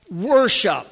worship